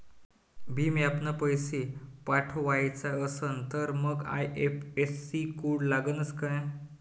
भीम ॲपनं पैसे पाठवायचा असन तर मंग आय.एफ.एस.सी कोड लागनच काय?